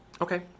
Okay